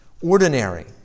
ordinary